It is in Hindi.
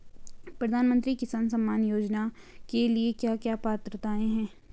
प्रधानमंत्री किसान सम्मान योजना के लिए क्या क्या पात्रताऐं हैं?